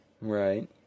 Right